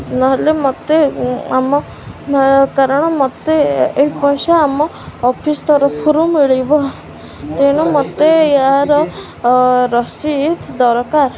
ନହେଲେ ମୋତେ ଆମ କାରଣ ମୋତେ ଏ ପଇସା ଆମ ଅଫିସ ତରଫରୁ ମିଳିବ ତେଣୁ ମୋତେ ଏହାର ରସିଦ ଦରକାର